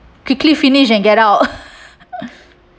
quickly finish and get out